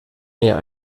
mehr